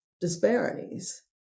disparities